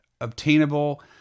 obtainable